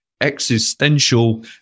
existential